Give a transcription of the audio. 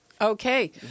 Okay